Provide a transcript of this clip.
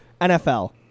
NFL